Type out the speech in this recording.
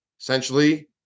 essentially